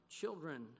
children